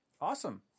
awesome